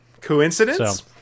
Coincidence